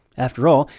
after all,